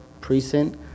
precinct